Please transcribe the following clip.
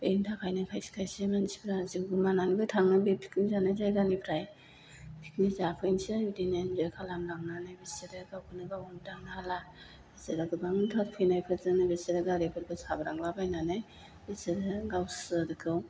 बेनि थाखायनो खायसे खायसे मानसिफ्रा जिउ गोमानानैबो थाङो बे पिकनिक जानाय जायगानिफ्राय पिकनिक जाफैनोसै बिदिनो एन्जय खालाम लांनानै बिसोरो गावखौनो गाव मोनदांनो हाला बिसोरो गोबांथार फेनायजोंनो बिसोरो गारिफोरखौ साब्रांनानै बिसोरो गावसोरखौ